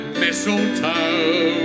mistletoe